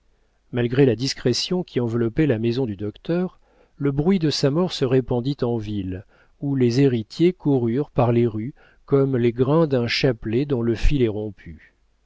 malgré la discrétion qui enveloppait la maison du docteur le bruit de sa mort se répandit en ville où les héritiers coururent par les rues comme les grains d'un chapelet dont le fil est rompu